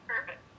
perfect